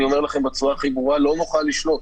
אני אומר לכם בצורה הכי ברורה: לא נוכל לשלוט.